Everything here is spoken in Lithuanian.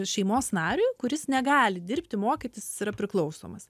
šeimos nariui kuris negali dirbti mokytis yra priklausomas